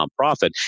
nonprofit